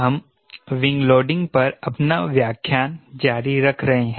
हम wing loading पर अपना व्याख्यान जारी रख रहे हैं